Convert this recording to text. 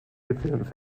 gefilmt